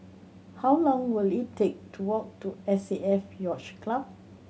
how long will it take to walk to S A F Yacht Club